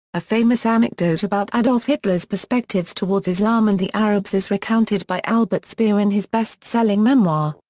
a famous anecdote about adolf hitler's perspectives towards islam and the arabs is recounted by albert speer in his best-selling memoir,